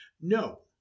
No